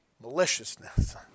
Maliciousness